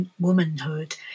womanhood